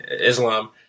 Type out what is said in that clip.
Islam